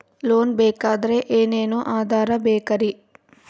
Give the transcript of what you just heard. Loan ಬೇಕಾದ್ರೆ ಏನೇನು ಆಧಾರ ಬೇಕರಿ?